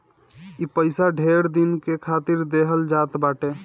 ई पइसा ढेर दिन के खातिर देहल जात बाटे